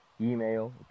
email